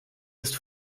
ist